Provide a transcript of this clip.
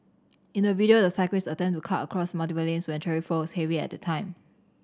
in the video the cyclist attempted to cut across multiple lanes when traffic flow was heavy at that time